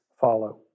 follow